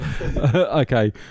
Okay